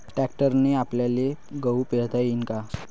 ट्रॅक्टरने आपल्याले गहू पेरता येईन का?